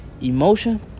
Emotion